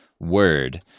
Word